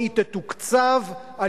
כאשר היא שוברת את המתכונת הזאת וכאשר היא סוטה